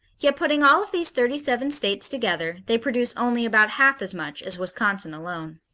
yet, putting all of these thirty-seven states together, they produce only about half as much as wisconsin alone.